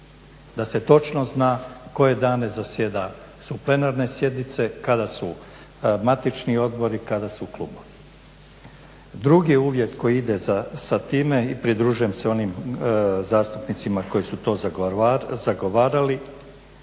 da se točno zna koje dane su plenarne sjednice, kada su matični odbori, kada su klubovi. Drugi uvjet koji ide sa time i pridružujem se onim zastupnicima koji su to zagovarali,